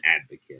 advocate